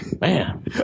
man